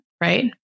right